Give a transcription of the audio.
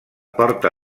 porta